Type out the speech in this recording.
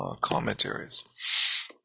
commentaries